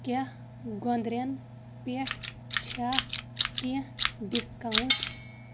کیٛاہ گۄنٛدرٮ۪ن پٮ۪ٹھ چھا کیٚنٛہہ ڈسکاوُنٛٹ